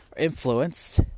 influenced